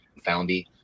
Foundy